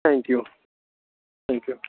thank you thank you